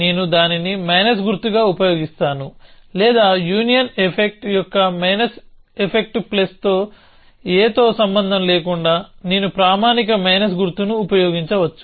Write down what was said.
నేను దీనిని మైనస్ గుర్తుగా ఉపయోగిస్తాను లేదా యూనియన్ ఎఫెక్ట్ యొక్క మైనస్ ఎఫెక్ట్స్ ప్లస్ aతో సంబంధం లేకుండా నేను ప్రామాణిక మైనస్ గుర్తును ఉపయోగించవచ్చు